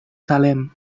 salem